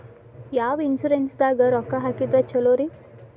ಯಾವ ಇನ್ಶೂರೆನ್ಸ್ ದಾಗ ರೊಕ್ಕ ಹಾಕಿದ್ರ ಛಲೋರಿ?